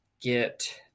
get